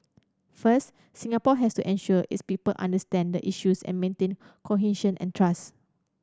first Singapore has to ensure its people understand the issues and maintain cohesion and trust